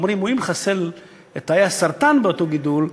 אמורים לחסל את תאי הסרטן באותו גידול,